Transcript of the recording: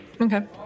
Okay